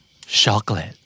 chocolate